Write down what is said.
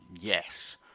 yes